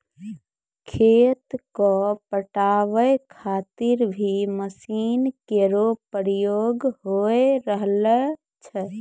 खेत क पटावै खातिर भी मसीन केरो प्रयोग होय रहलो छै